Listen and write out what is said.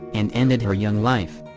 and ended her young life.